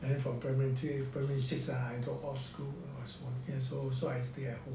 then from primary three to primary six I drop out of school I was fourteen years old so I stay at home